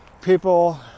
people